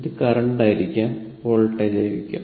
ഇത് കറന്റായിരിക്കാം വോൾട്ടേജായിരിക്കാം